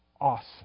awesome